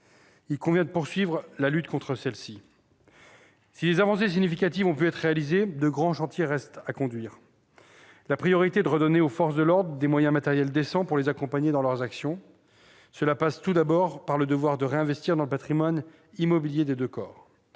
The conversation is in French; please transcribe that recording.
Il convient de poursuivre la lutte contre celles-ci. Si des avancées significatives ont pu être réalisées, de grands chantiers restent à conduire. La priorité est de redonner aux forces de l'ordre des moyens matériels décents pour les accompagner dans leurs actions. Cela passe tout d'abord par le devoir de réinvestir dans le patrimoine immobilier des deux corps.